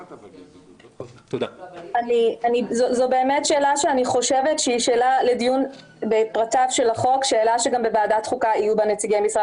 זאת שאלה שידונו בה כשידונו בפרטיו של החוק בוועדת חוקה.